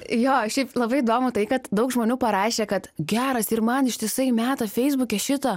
jo šiaip labai įdomu tai kad daug žmonių parašė kad geras ir man ištisai meta feisbuke šitą